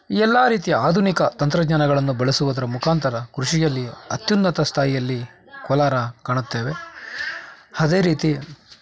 ಎಲ್ಲಾ ರೀತಿಯ ಆಧುನಿಕ ತಂತ್ರಜ್ಞಾನಗಳನ್ನು ಬಳಸುವುದರ ಮುಖಾಂತರ ಕೃಷಿಯಲ್ಲಿ ಅತ್ಯುನ್ನತ ಸ್ಥಾಯಿಯಲ್ಲಿ ಕೋಲಾರ ಕಾಣುತ್ತೇವೆ ಅದೇ ರೀತಿ